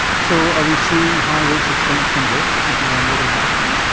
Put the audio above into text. so are we seeing higher rates of stent thrombosis in people on low-dose aspirin,